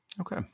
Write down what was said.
Okay